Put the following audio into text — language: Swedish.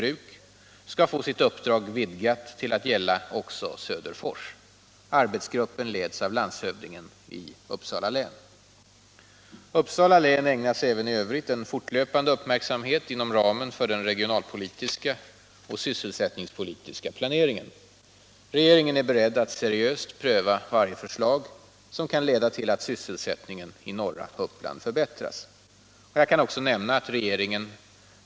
Uppsala län ägnas även i övrigt en fortlöpande uppmärksamhet inom ramen för den regionalpolitiska och sysselsättningspolitiska planeringen. Regeringen är beredd att seriöst pröva varje förslag som kan leda till att sysselsättningen i norra Uppland förbättras.